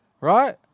right